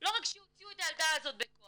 לא רק שהוציאו את הילדה הזאת בכוח,